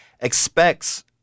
expects